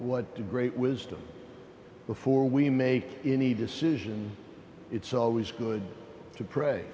what a great wisdom before we make any decision it's always good to pray